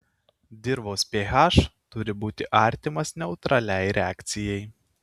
dirvos ph turi būti artimas neutraliai reakcijai